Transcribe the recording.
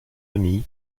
amis